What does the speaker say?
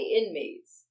inmates